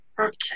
Okay